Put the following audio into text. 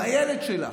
והילד שלך,